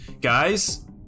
guys